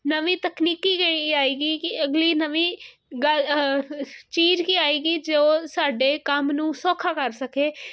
ਨਵੀਂ ਤਕਨੀਕੀ ਕਿਹੜੀ ਆਏਗੀ ਕਿ ਅਗਲੀ ਨਵੀਂ ਗੱਲ ਆਹ ਚੀਜ਼ ਕੀ ਆਏਗੀ ਜੋ ਸਾਡੇ ਕੰਮ ਨੂੰ ਸੌਖਾ ਕਰ ਸਕੇ